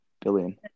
billion